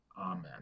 Amen